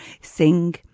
sing